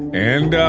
and,